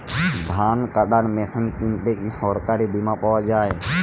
ধান কাটার মেশিন কিনতে কি সরকারী বিমা পাওয়া যায়?